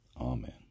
amen